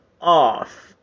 off